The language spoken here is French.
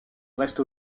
reste